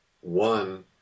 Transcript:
one